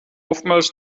oftmals